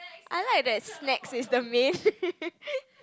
I like that snacks is the main